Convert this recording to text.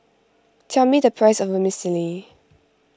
tell me the price of Vermicelli